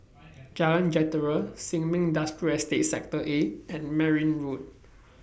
Jalan Jentera Sin Ming Industrial Estate Sector A and Merryn Road